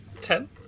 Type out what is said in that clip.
Ten